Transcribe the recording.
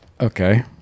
okay